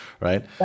right